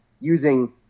using